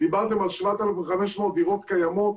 דיברתם על 7,500 דירות קיימות,